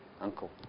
uncle